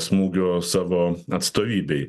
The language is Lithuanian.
smūgio savo atstovybėj